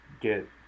get